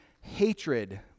hatred